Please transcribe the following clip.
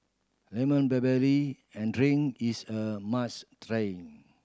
lemon barley and drink is a must try